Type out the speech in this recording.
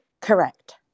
Correct